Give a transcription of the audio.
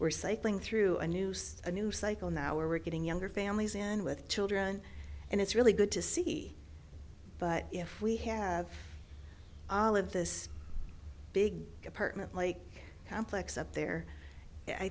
were cycling through a noose a new cycle now where we're getting younger families and with children and it's really good to see but if we have all of this big department like complex up there i